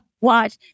watch